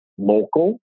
local